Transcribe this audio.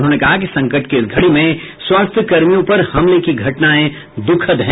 उन्होंने कहा कि संकट की इस घड़ी में स्वास्थ्य कर्मियों पर हमले की घटनाएं द्खद है